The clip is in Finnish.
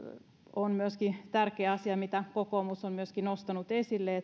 on myöskin tärkeä asia mitä kokoomus on myöskin nostanut esille